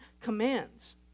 commands